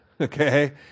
okay